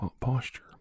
posture